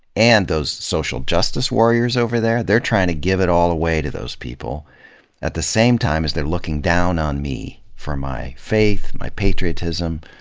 and those social justice warriors over there? they're trying to give it all away to those people at the same time as they're looking down on me for my faith, my patriotism,